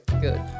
Good